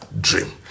dream